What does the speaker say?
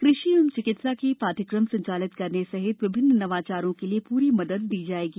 कृषि एवं चिकित्सा के शाठ्यक्रम संचालित करने सहित विभिन्न नवाचारों के लिए प्री मदद की जाएगी